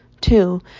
Two